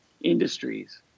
industries